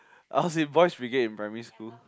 I was in Boys Brigade in primary school